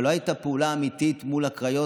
אבל לא הייתה פעולה אמיתית מול הקריות,